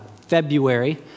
February